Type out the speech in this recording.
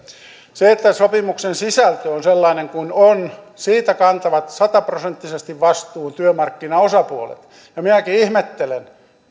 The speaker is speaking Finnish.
siitä että sopimuksen sisältö on sellainen kuin on kantavat sataprosenttisesti vastuun työmarkkinaosapuolet ja minäkin ihmettelen